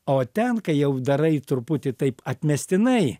o ten kai jau darai truputį taip atmestinai